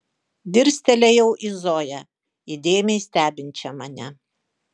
dirstelėjau į zoją įdėmiai stebinčią mane